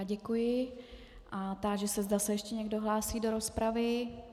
Děkuji a táži se, zda se ještě někdo hlásí do rozpravy.